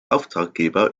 auftraggeber